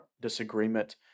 disagreement